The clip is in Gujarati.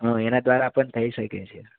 હં એના દ્વારા પણ થઈ શકે છે